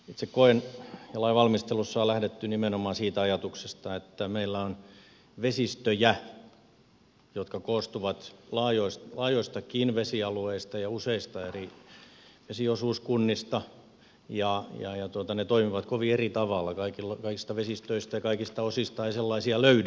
itse koen ja lain valmistelussa on lähdetty nimenomaan siitä ajatuksesta että meillä on vesistöjä jotka koostuvat laajoistakin vesialueista ja useista eri vesiosuuskunnista ja ne toimivat kovin eri tavalla kaikista vesistöistä ja kaikista osista ei sellaisia löydy